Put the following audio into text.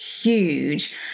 huge